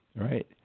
Right